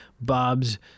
Bob's